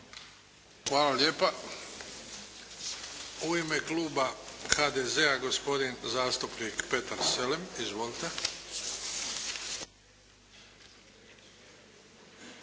Hvala lijepa. U ime kluba HDZ-a gospodin zastupnik Petar Selem. Izvolite!